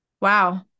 Wow